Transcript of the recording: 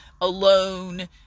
alone